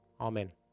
Amen